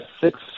six